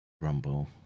Rumble